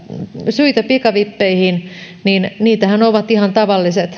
syitä myös pikavippeihin niin niitähän ovat ihan tavalliset